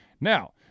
Now